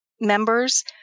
members